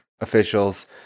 officials